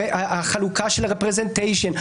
החלוקה של ה-פרזנטיישן.